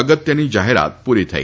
અગ્યત્યની જાહેરાત પુરી થઈ